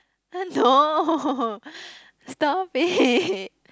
no stop it